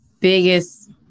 Biggest